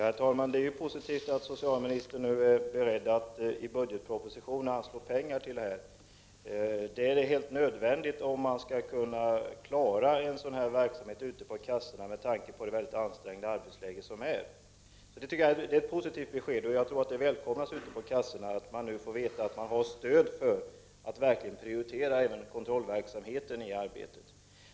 Herr talman! Det är positivt att socialministern nu är beredd att i budgetpropositionen anslå pengar till det här. Det är helt nödvändigt, om man ute på kassorna skall klara en kontrollverksamhet, med tanke på det mycket ansträngda arbetsläge som där råder. Det är ett positivt besked, och jag tror att det välkomnas ute på kassorna att man nu får veta att man har stöd för att i arbetet verkligen prioritera även kontrollverksamheten.